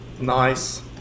Nice